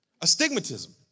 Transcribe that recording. Astigmatism